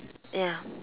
ya